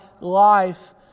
life